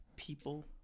people